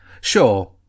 sure